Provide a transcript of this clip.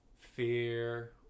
fear